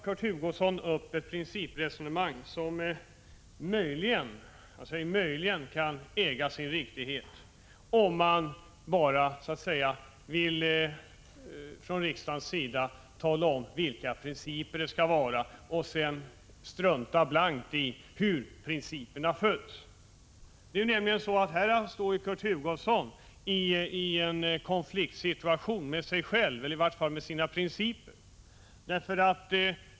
Kurt Hugosson för ett principresonemang som möjligen är riktigt, om riksdagen talar om vilka principer som skall gälla men sedan blankt struntar i hur dessa principer följs. Här kommer Kurt Hugosson i konflikt med sina egna principer.